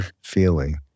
feeling